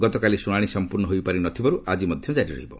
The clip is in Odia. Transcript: ଗତକାଲି ଶୁଣାଣି ସମ୍ପର୍ଣ୍ଣ ହୋଇପାରି ନଥିବାରୁ ଆକ୍ଟି ମଧ୍ୟ କାରି ରହିବ